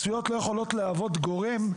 ההתפרצויות לא יכולות להוות גורם,